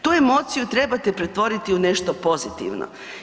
Tu emociju trebate pretvoriti u nešto pozitivno.